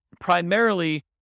primarily